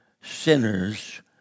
sinner's